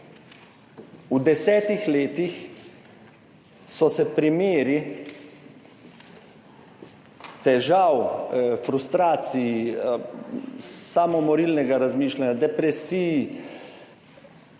V desetih letih so se primeri težav, frustracij, samomorilnega razmišljanja, depresij